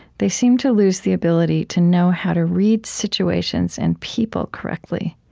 they seem to lose the ability to know how to read situations and people correctly.